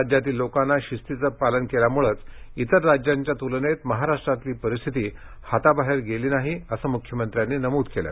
राज्यातील लोकांना शिस्तीचं पालन केल्यामुळं इतर राज्यांच्या तुलनेत महाराष्ट्रातली परिस्थिती हाताबाहेर गेली नाही असं मुख्यमंत्र्यांनी नमूद केलं